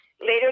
Later